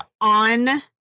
on